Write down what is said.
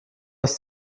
aus